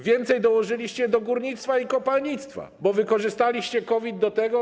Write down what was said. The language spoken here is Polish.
Więcej dołożyliście do górnictwa i kopalnictwa, bo wykorzystaliście COVID do tego.